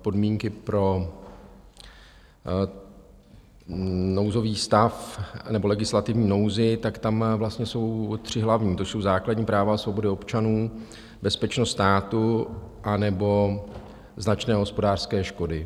Podmínky pro nouzový stav, nebo legislativní nouzi, tak tam vlastně jsou tři hlavní, to jsou základní práva a svobody občanů, bezpečnost státu anebo značné hospodářské škody.